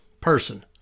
person